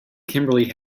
kimberly